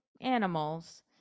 animals